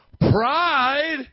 Pride